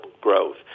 growth